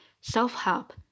Self-help